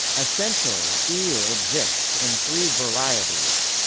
essentially, ew exists in three varieties.